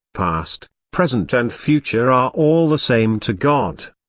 past, present and future are all the same to god.